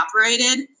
operated